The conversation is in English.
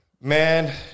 Man